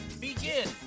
begin